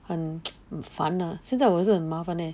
很 很烦 ah 现在我是很麻烦 leh